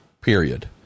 period